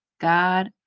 God